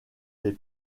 des